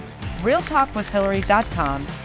realtalkwithhillary.com